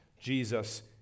Jesus